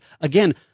again